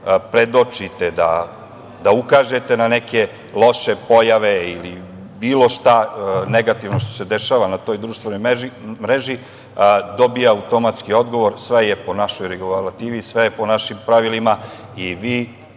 predočite, da ukažete na neke loše pojave ili bilo šta negativno što se dešava na toj društvenoj mreži dobija automatski odgovor – sve je po našoj regulativi, sve je po našim pravilima i vi